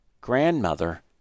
Grandmother